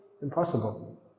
Impossible